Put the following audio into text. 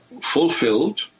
fulfilled